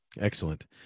Excellent